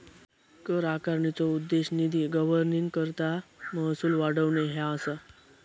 कर आकारणीचो उद्देश निधी गव्हर्निंगकरता महसूल वाढवणे ह्या असा